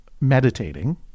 meditating